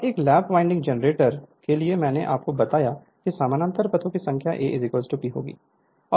अब एक lap winding generator के लिए मैंने आपको बताया कि समानांतर पथों की संख्या A P होगी